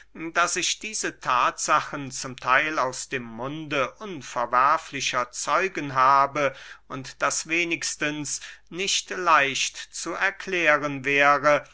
daß ich diese thatsachen zum theil aus dem munde unverwerflicher zeugen habe und daß wenigstens nicht leicht zu erklären wäre